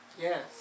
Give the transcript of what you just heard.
Yes